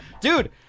Dude